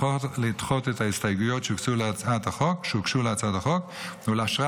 לדחות את ההסתייגויות שהוגשו להצעת החוק ולאשרה